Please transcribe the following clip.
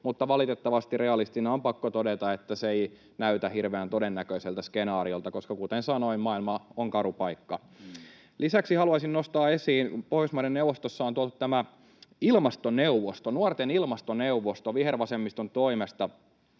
Mutta valitettavasti realistina on pakko todeta, että se ei näytä hirveän todennäköiseltä skenaariolta, koska kuten sanoin, maailma on karu paikka. Lisäksi haluaisin nostaa esiin sen, että Pohjoismaiden neuvostossa on tuotu vihervasemmiston toimesta